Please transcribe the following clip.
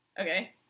Okay